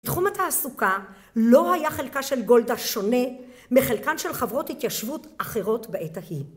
תחום התעסוקה לא היה חלקה של גולדה שונה מחלקן של חברות התיישבות אחרות בעת ההיא.